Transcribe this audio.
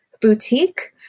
Boutique